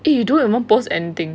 eh you don't even post anything